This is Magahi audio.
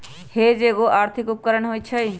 हेज एगो आर्थिक उपकरण होइ छइ